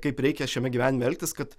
kaip reikia šiame gyvenime elgtis kad